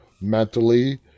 mentally